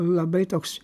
labai toks